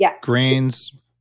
grains